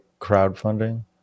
crowdfunding